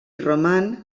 roman